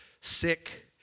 sick